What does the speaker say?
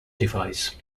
device